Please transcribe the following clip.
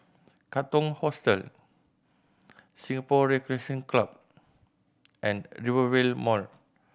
Katong Hostel Singapore Recreation Club and Rivervale Mall